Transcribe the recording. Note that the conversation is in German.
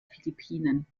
philippinen